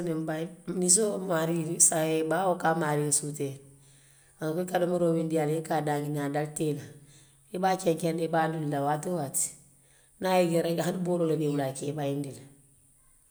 Niŋ baayi ninsoo, wo maarii baa wo ka a maarii suutee le i ka domoroo miŋ diyaa la, a dalite i la, i be a kenkeŋ na, i be a dundi la waati waati niŋ a je reki aniŋ booloo je i bulu a ka i bayindi le.